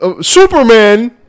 Superman